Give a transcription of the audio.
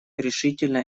решительно